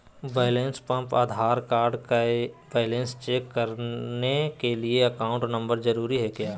Balance pump Aadhaar card balance check करने के लिए अकाउंट नंबर जरूरी है क्या?